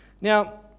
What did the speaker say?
Now